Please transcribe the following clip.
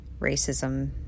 racism